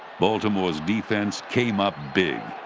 baltimore's defense came up big.